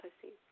pussy